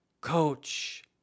Coach